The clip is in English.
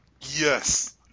Yes